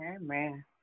Amen